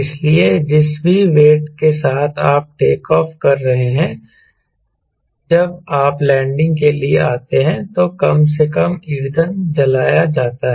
इसलिए जिस भी वेट के साथ आप टेक ऑफ कर रहे हैं जब आप लैंडिंग के लिए आते हैं तो कम से कम ईंधन जलाया जाता है